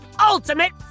Ultimate